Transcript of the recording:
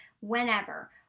whenever